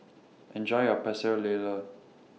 Enjoy your Pecel Lele